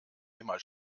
immer